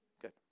Good